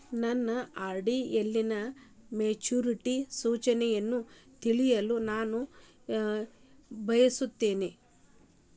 ನನ್ನ ಆರ್.ಡಿ ಯಲ್ಲಿನ ಮೆಚುರಿಟಿ ಸೂಚನೆಯನ್ನು ತಿಳಿಯಲು ನಾನು ಬಯಸುತ್ತೇನೆ